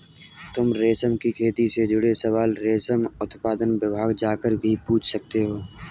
तुम रेशम की खेती से जुड़े सवाल रेशम उत्पादन विभाग जाकर भी पूछ सकते हो